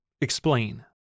Explain